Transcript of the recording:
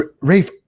Rafe